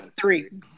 Three